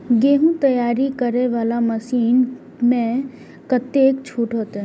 गेहूं तैयारी करे वाला मशीन में कतेक छूट होते?